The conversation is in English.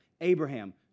Abraham